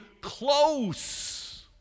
close